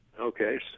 Okay